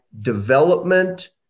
development